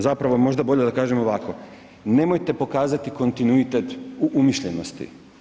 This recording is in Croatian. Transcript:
Zapravo možda bolje da kažem ovako, nemojte pokazati kontinuitet u umišljenosti.